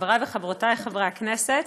וחברותי חברי הכנסת,